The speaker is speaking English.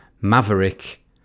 Maverick